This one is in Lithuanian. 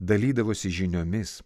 dalydavosi žiniomis